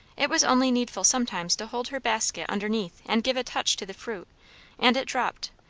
it was only needful sometimes to hold her basket underneath and give a touch to the fruit and it dropped,